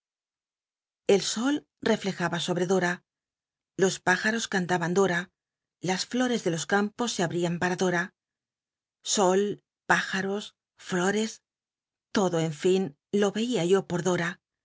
m sol rellcjaba sobre dora los p tjaros cantaban dora las llores de los campos se abrian para dora sol pájaros flores todo en fin lo vcia yq por dora